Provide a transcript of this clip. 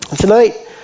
Tonight